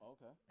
Okay